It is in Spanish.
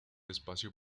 espacio